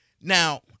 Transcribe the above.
Now